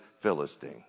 Philistine